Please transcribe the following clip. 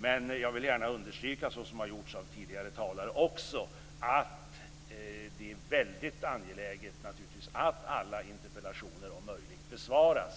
Men jag vill gärna liksom också tidigare talare gjort understryka att det naturligtvis är väldigt angeläget att i görligaste mån alla interpellationer besvaras,